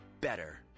better